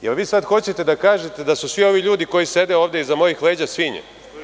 Da li vi sada hoćete da kažete da su svi ovi ljudi koji sede iza mojih leđa svinje?